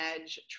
edge